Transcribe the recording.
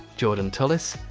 jordan telus,